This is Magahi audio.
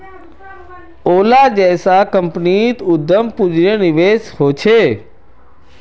ओला जैसा कम्पनीत उद्दाम पून्जिर निवेश होछे